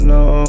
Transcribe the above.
no